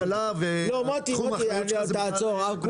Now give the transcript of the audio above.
הוא מדבר על כלכלה, כשתחום האחריות שלו --- אני